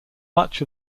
much